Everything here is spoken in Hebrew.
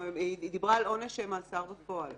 היא דיברה על עונש מאסר בפועל.